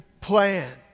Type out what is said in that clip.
plan